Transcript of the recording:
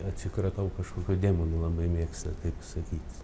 atsikratau kažkokių demonų labai mėgstu taip sakyti